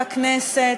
בכנסת,